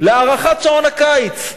להארכת שעון הקיץ,